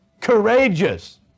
courageous